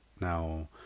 now